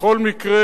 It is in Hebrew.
בכל מקרה,